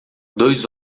dois